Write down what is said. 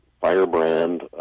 firebrand